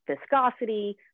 viscosity